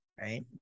right